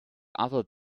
other